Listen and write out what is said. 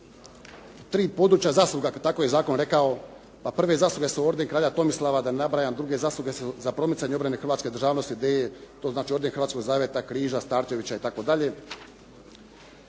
3 područja zasluga, tako je zakon rekao, pa prve zasluge su orden "Kralja Tomislava", da ne nabrajam druge zasluge za promicanje obrane hrvatske državnosti, gdje je to znači orden "Hrvatskog zavjeta", "Križa", "Starčevića" i tako dalje.